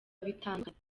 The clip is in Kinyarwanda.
bitandukanye